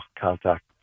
contact